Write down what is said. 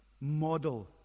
model